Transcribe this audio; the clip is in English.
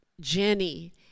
Jenny